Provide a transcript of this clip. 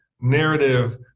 narrative